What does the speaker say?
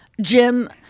jim